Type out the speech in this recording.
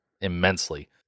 immensely